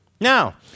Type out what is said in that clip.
Now